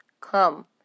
come